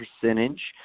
percentage